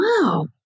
wow